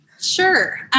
sure